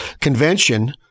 convention